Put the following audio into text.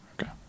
Okay